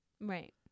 Right